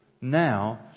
now